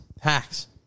Hacks